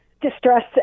distress